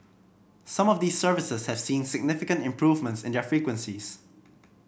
some of these services have seen significant improvements in their frequencies